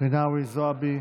רינאוי זועבי.